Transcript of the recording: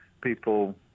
people